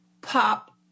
pop